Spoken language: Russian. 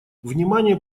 внимание